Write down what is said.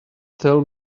tell